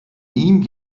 ihm